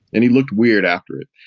and he looked weird after it.